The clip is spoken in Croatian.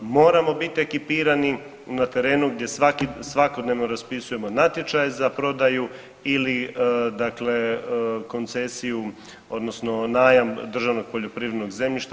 Moramo bit ekipirani na terenu gdje svakodnevno raspisujemo natječaje za prodaju ili dakle koncesiju odnosno najam državnog poljoprivrednog zemljišta.